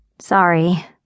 Sorry